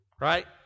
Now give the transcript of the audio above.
Right